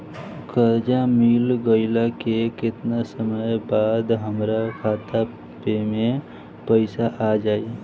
कर्जा मिल गईला के केतना समय बाद हमरा खाता मे पैसा आ जायी?